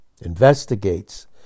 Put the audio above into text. investigates